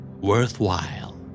Worthwhile